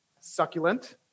succulent